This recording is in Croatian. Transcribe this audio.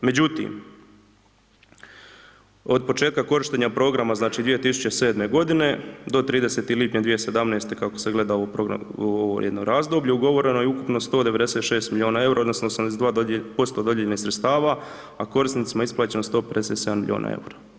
Međutim, od početka korištenja programa znači 2007. godine do 30. lipnja 2017., kako se gleda u ovom jednom razdoblju ugovoreno je ukupno 196 milijuna eura, odnosno 82% dodijeljenih sredstava, a korisnicima je isplaćeno 157 milijuna eura.